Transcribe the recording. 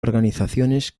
organizaciones